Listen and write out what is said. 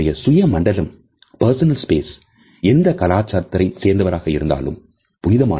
சுய மண்டலம் எந்த கலாச்சாரத்தை சேர்ந்தவராக இருந்தாலும் புனிதமானது